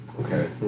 Okay